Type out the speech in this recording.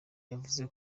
yavuze